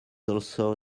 also